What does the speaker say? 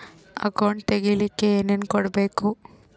Account ತೆಗಿಲಿಕ್ಕೆ ಏನೇನು ಕೊಡಬೇಕು?